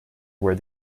where